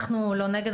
אנחנו לא נגד.